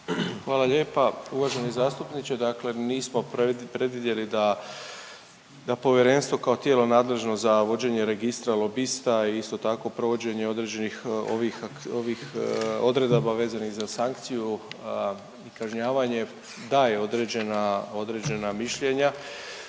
Hvala lijepa uvaženi zastupniče. Dakle nismo predvidjeli da, da povjerenstvo kao tijelo nadležno za vođenje registra lobista, a isto tako provođenje određenih ovih, ovih odredaba vezanih za sankciju i kažnjavanje daje određena, određena